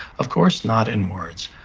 of course, not in words,